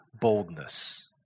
boldness